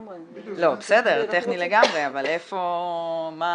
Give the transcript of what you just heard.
בסדר, טכני לגמרי, אבל איפה, מה